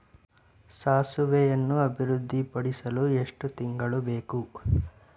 ಸಾಸಿವೆಯನ್ನು ಅಭಿವೃದ್ಧಿಪಡಿಸಲು ಎಷ್ಟು ತಿಂಗಳು ಬೇಕು?